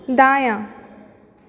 दायाँ